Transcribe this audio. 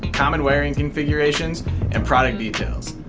common wearing configurations and product details.